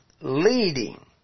leading